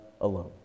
alone